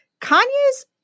Kanye's